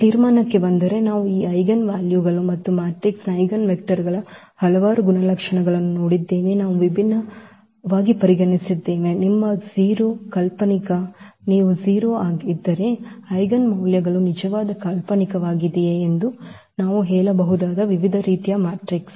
ತೀರ್ಮಾನಕ್ಕೆ ಬಂದರೆ ನಾವು ಈ ಐಜೆನ್ವಾಲ್ಯೂ ಮತ್ತು ಮ್ಯಾಟ್ರಿಕ್ಸ್ನ ಐಜೆನ್ವೆಕ್ಟರ್ಗಳ ಹಲವಾರು ಗುಣಲಕ್ಷಣಗಳನ್ನು ನೋಡಿದ್ದೇವೆ ನಾವು ವಿಭಿನ್ನವಾಗಿ ಪರಿಗಣಿಸಿದ್ದೇವೆ ನಿಮ್ಮ 0 ಕಾಲ್ಪನಿಕ ನೀವು 0 ಆಗಿದ್ದರೆ ಐಜೆನ್ ಮೌಲ್ಯಗಳು ನಿಜವಾದ ಕಾಲ್ಪನಿಕವಾಗಿದೆಯೇ ಎಂದು ನಾವು ಹೇಳಬಹುದಾದ ವಿವಿಧ ರೀತಿಯ ಮ್ಯಾಟ್ರಿಕ್ಸ್